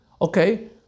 okay